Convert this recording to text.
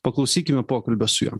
paklausykime pokalbio su juo